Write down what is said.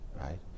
right